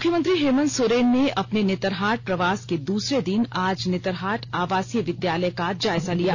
मुख्यमंत्री हेमंत सोरेन ने अपने नेतरहाट प्रवास के दूसरे दिन आज नेतरहाट आवासीय विद्यालय का जायजा लिया